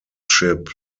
ship